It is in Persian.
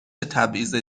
تبعیض